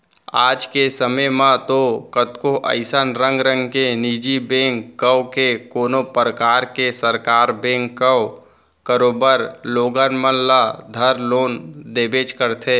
आज के समे म तो कतको अइसन रंग रंग के निजी बेंक कव के कोनों परकार के सरकार बेंक कव करोबर लोगन मन ल धर लोन देबेच करथे